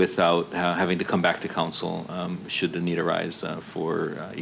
without having to come back to council should the need arise for